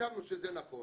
חשבנו שזה נכון